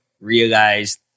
realized